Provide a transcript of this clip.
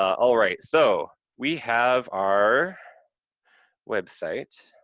all right, so, we have our website,